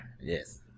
Yes